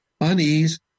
unease